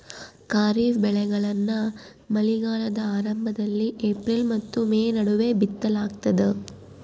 ಖಾರಿಫ್ ಬೆಳೆಗಳನ್ನ ಮಳೆಗಾಲದ ಆರಂಭದಲ್ಲಿ ಏಪ್ರಿಲ್ ಮತ್ತು ಮೇ ನಡುವೆ ಬಿತ್ತಲಾಗ್ತದ